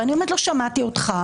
ואני אומרת לו: שמעתי אותך,